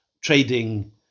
trading